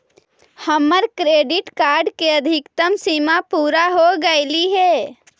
हमर credit card के अधिकतम सीमा पूरा हो गेलई हे